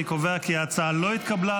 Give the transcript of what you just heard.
אני קובע כי ההצעה לא התקבלה,